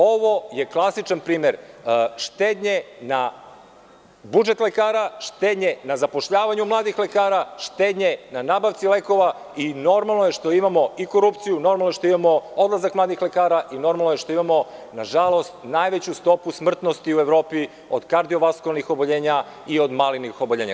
Ovo je klasičan primer štednje na budžet lekara, štednje na zapošljavanju mladih lekara, štednje na nabavci lekova i normalno je što imamo korupciju, odlazak mladih lekara i normalno je što imamo najveću stopu smrtnosti u Evropi, od kardiovaskularnih bolesti i malignih oboljenja.